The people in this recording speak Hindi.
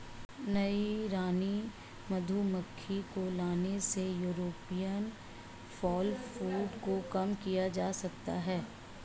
नई रानी मधुमक्खी को लाने से यूरोपियन फॉलब्रूड को कम किया जा सकता है